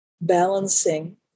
balancing